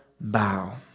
bow